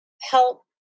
help